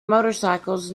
motorcycles